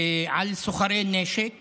על סוחרי נשק